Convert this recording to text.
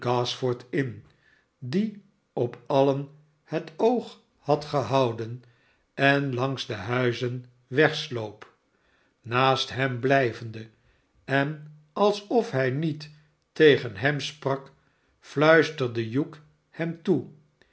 gashford in die op alien het oog had gehouden en langs de huizen wegsloop naast hem blijvende en alsof hij niet tegen hem sprak fluisterde hugh hem toe